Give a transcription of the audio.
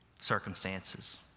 circumstances